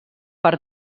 per